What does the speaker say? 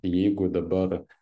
jeigu dabar